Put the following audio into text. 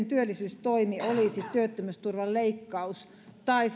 työllisyystoimi ihmisille olisi työttömyysturvan leikkaus tai